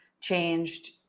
changed